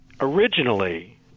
originally